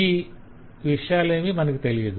ఈ విషయాలేమి తెలియదు